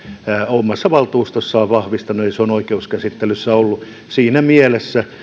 omassa valtuustossaan vahvistanut ja se on oikeuskäsittelyssä ollut siinä mielessä